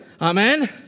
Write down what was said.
Amen